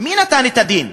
מי נתן את הדין?